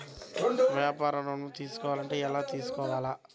వ్యాపార ఋణం తీసుకోవాలంటే ఎలా తీసుకోవాలా?